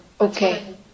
Okay